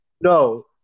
No